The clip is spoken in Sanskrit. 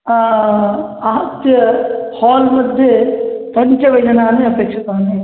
आहत्य हाल् मध्ये पञ्च व्यजनानि अपेक्षितानि